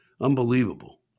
Unbelievable